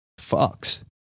fucks